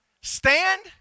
stand